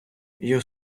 його